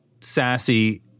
Sassy